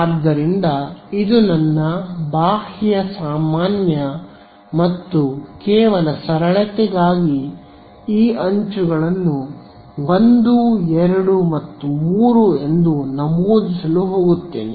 ಆದ್ದರಿಂದ ಇದು ನನ್ನ ಬಾಹ್ಯ ಸಾಮಾನ್ಯ ಮತ್ತು ಕೇವಲ ಸರಳತೆಗಾಗಿ ಈ ಅಂಚುಗಳನ್ನು 1 2 ಮತ್ತು 3 ಎಂದು ನಮೂದಿಸಲು ಹೋಗುತ್ತೇನೆ